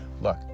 Look